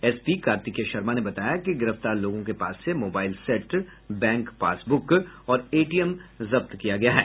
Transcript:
SP Kartikeya Sharma ने बताया कि गिरफ्तार लोगो के पास से मोबाइल सेट बैंक पासबुक और एटीएम जब्त किया गया है